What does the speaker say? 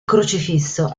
crocifisso